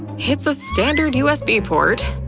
it's a standard usb port.